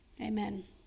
Amen